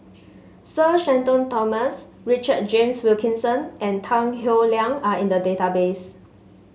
Sir Shenton Thomas Richard James Wilkinson and Tan Howe Liang are in the database